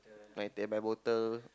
my eh my bottle